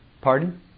Pardon